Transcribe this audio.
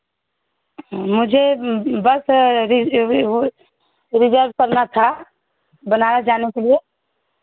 मुझे बस वह रिजर्व करना था बनारस जाने के लिए